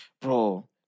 Bro